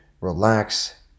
relax